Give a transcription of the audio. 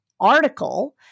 article